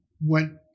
went